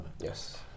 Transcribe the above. Yes